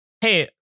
Hey